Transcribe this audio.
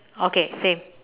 okay same